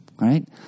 right